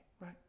Right